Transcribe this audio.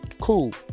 cool